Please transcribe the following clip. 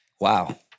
Wow